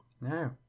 no